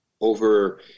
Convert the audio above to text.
over